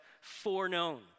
foreknown